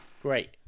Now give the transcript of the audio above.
Great